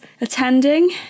attending